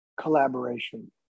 collaboration